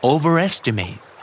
Overestimate